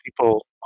people